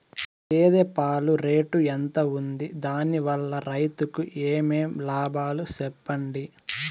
గేదె పాలు రేటు ఎంత వుంది? దాని వల్ల రైతుకు ఏమేం లాభాలు సెప్పండి?